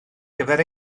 gyfer